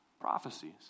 prophecies